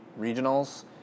regionals